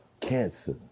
Cancer